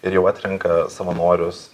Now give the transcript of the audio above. ir jau atrenka savanorius